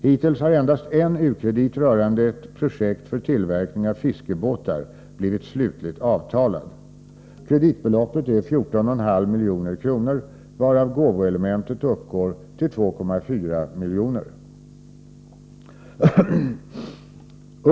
Hittills har endast en u-kredit rörande ett projekt för tillverkning av fiskebåtar blivit slutligt avtalad. Kreditbeloppet är 14,5 milj.kr., varav gåvoelementet uppgår till 2,4 milj.kr.